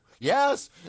Yes